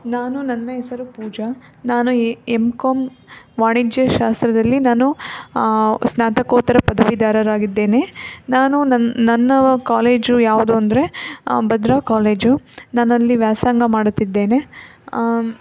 ನಾನು ನನ್ನ ಹೆಸರು ಪೂಜಾ ನಾನು ಎ ಎಮ್ ಕಾಮ್ ವಾಣಿಜ್ಯಶಾಸ್ತ್ರದಲ್ಲಿ ನಾನು ಸ್ನಾತಕೋತ್ತರ ಪದವೀಧರರಾಗಿದ್ದೇನೆ ನಾನು ನನ್ನ ನನ್ನ ಕಾಲೇಜು ಯಾವುದು ಅಂದರೆ ಭದ್ರಾ ಕಾಲೇಜು ನಾನಲ್ಲಿ ವ್ಯಾಸಂಗ ಮಾಡುತ್ತಿದ್ದೇನೆ